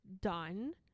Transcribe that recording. done